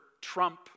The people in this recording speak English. trump